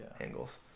angles